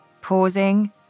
pausing